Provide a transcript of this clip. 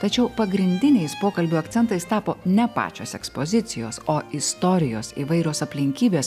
tačiau pagrindiniais pokalbių akcentais tapo ne pačios ekspozicijos o istorijos įvairios aplinkybės